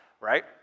right